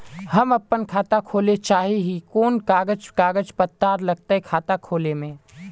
हम अपन खाता खोले चाहे ही कोन कागज कागज पत्तार लगते खाता खोले में?